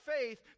faith